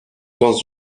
dans